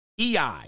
EI